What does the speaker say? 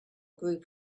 group